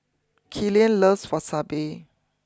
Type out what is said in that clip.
Killian loves Wasabi